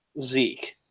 Zeke